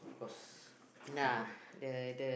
of course